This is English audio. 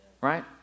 Right